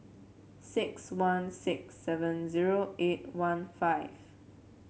six one six seven zero eight one five